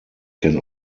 can